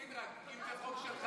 ארבל, רק תגיד, בחוק שלך